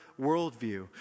worldview